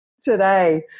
Today